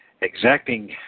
exacting